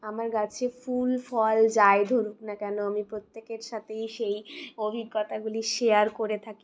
আমার গাছে ফুল ফল যাই ধরুক না কেনো আমি প্রত্যেকের সাথেই সেই অভিজ্ঞতাগুলি শেয়ার করে থাকি